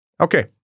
Okay